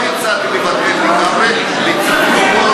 לא הצעתי לבטל לגמרי, הצעתי,